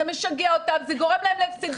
זה גורם להם להפסדים.